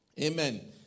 Amen